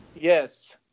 Yes